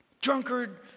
drunkard